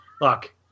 Look